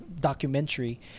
documentary